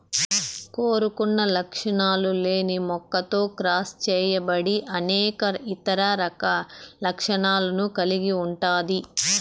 కోరుకున్న లక్షణాలు లేని మొక్కతో క్రాస్ చేయబడి అనేక ఇతర లక్షణాలను కలిగి ఉంటాది